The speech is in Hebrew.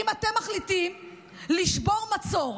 אם אתם מחליטים לשבור מצור,